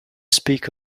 speak